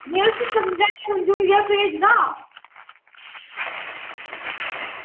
में उसी समझाई समझुइयै भेजगा